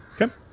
Okay